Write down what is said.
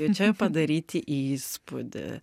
čia padaryti įspūdį